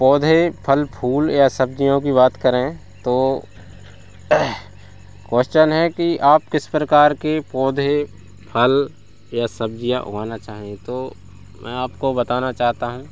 पौधे फल फूल या सब्जियों की बात करें तो क्वेश्चन है कि किस प्रकार के पोधे फल या सब्जियाँ उगाना चाहें तो मैं आप को बताना चाहता हूँ